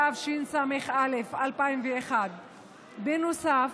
התשס"א 2001. בנוסף,